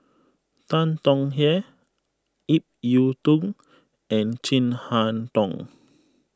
Tan Tong Hye Ip Yiu Tung and Chin Harn Tong